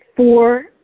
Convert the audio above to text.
Four